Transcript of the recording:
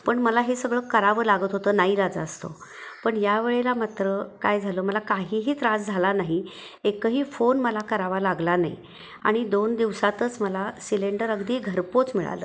पण मला हे सगळं करावं लागत होतं नाईलाजास्तव पण या वेळेला मात्र काय झालं मला काहीही त्रास झाला नाही एकही फोन मला करावा लागला नाही आणि दोन दिवसातच मला सिलेंडर अगदी घरपोच मिळालं